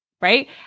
right